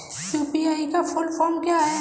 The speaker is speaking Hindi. यू.पी.आई की फुल फॉर्म क्या है?